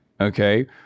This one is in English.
okay